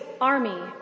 army